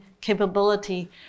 capability